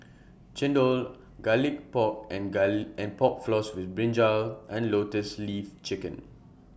Chendol Garlic Pork and Pork Floss with Brinjal and Lotus Leaf Chicken